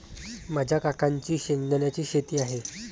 माझ्या काकांची शेंगदाण्याची शेती आहे